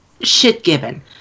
shit-given